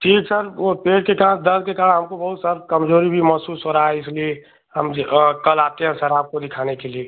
ठीक सर वह पेट के कारण दर्द के कारण हमको बहुत सर कमज़ोरी भी महसूस हो रहा है इसलिए हम कल आते हैं सर आपको दिखाने के लिए